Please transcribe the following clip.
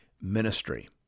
ministry